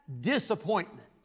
disappointment